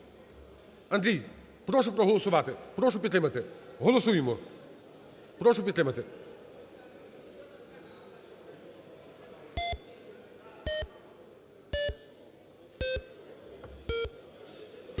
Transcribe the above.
Андрій, прошу проголосувати, прошу підтримати. Голосуємо, прошу підтримати.